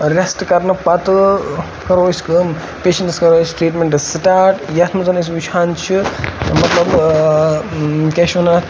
rest کَرنہٕ پَتہٕ کَرو أسۍ کٲم پیشَنٹَس کَرَو أسۍ ٹریٖٹمنٹ سٹاٹ یَتھ مَنٛز أسۍ وٕچھان چھِ مَطلَب کیاہ چھِ وَنان اَتھ